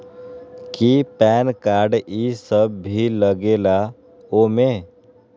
कि PAN card इ सब भी लगेगा वो में?